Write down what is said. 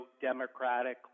Democratic